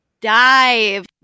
dive